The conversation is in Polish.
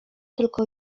tylko